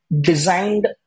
designed